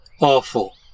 Awful